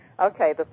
Okay